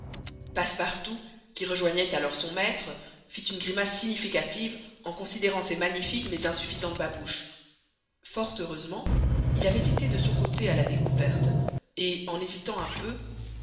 passepartout qui rejoignait alors son maître fit une grimace significative en considérant ses magnifiques mais insuffisantes babouches fort heureusement il avait été de son côté à la découverte et en hésitant un peu